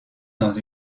dans